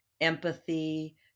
empathy